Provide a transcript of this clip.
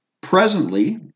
Presently